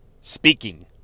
Speaking